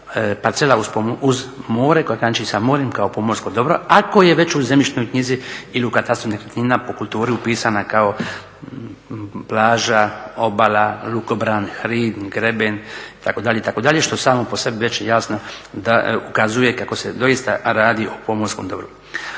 parcela uz more koja graniči sa morem kao pomorskim dobrom ako je već u zemljišnoj knjizi ili u katastru nekretnina po kulturi upisana kao plaža, obala, lukobran, hrid, grebe, itd., itd., što samo po sebi već jasno da ukazuje kako se doista radi o pomorskom dobru.